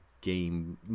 game